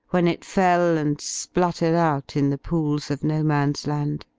when it fell and spluttered out in the pools of no man s land,